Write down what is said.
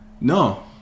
No